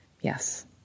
Yes